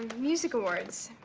music awards.